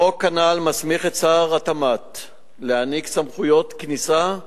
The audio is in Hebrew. החוק הנ"ל מסמיך את שר התמ"ת להעניק סמכויות כניסה,